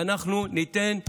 ואנחנו ניתן,